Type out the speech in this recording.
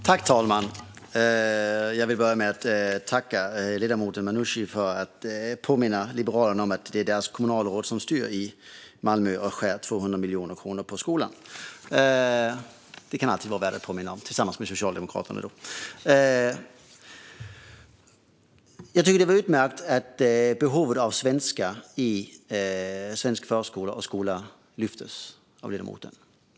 Fru talman! Jag tackar ledamoten Manouchi för att hon påminde Liberalerna om att det är deras kommunalråd som styr i Malmö och tillsammans med Socialdemokraterna skär ned 200 miljoner kronor på skolan. Det var utmärkt att behovet av svenska i förskola och skola lyftes fram av ledamoten.